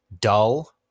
dull